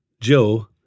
Joe